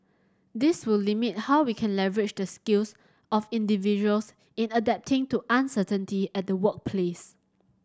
this will limit how we can leverage the skills of individuals in adapting to uncertainty at the workplace